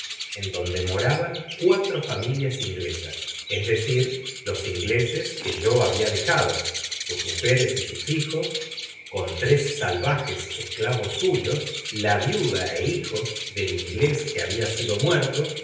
ea donde moraban cuatro familias inglesas es decir los ingleses que yo habia dejado sus mujeres y sus hijos con tres salvajes esclavos suyos la viuda é hijos del inglés que habia sido muerto